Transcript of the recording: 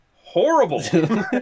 horrible